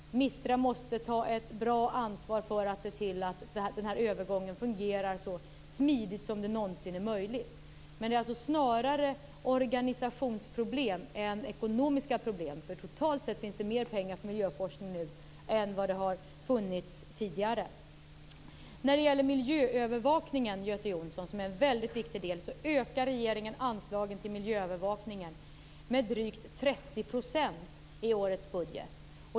MISTRA måste ta ett bra ansvar för att se till att övergången fungerar så smidigt som det någonsin är möjligt. Med det är snarare organisationsproblem än ekonomiska problem. Totalt sett finns det mer pengar för miljöforskning än vad det har funnits tidigare. När det gäller miljöövervakningen, Göte Jonsson, som är en väldigt viktig del, ökar regeringen anslagen med drygt 30 % i årets budget.